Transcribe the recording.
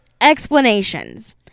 Explanations